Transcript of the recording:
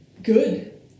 good